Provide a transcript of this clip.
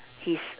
his